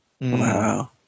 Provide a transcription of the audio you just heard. Wow